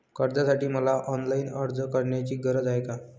कर्जासाठी मला ऑनलाईन अर्ज करण्याची गरज आहे का?